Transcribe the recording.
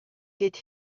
get